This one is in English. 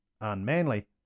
unmanly